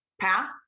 path